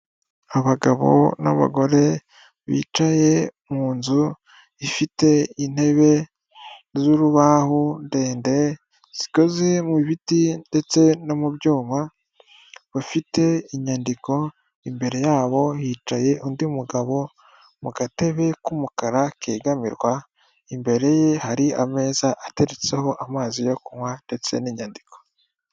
Abagabo n'abagore bicaye mu nzu ifite intebe z'urubaho ndende zikoze mu biti ndetse no mu byuma. Inyandiko imbere yabo hicaye undi mugabo mu gatebe k'umukara kegamirwa imbere ye hari ameza ateretseho amazi yo kunywa ndetse n'inyandiko.